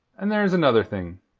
and there's another thing.